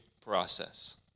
process